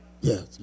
Yes